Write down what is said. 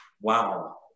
Wow